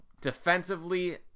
Defensively